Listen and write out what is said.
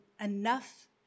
enough